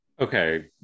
okay